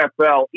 NFL